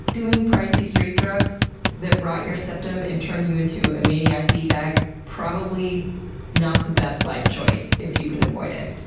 doing pricey street drugs that rot your septum and turn you into a maniac d bag, probably not the best life choice if you can avoid it.